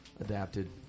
adapted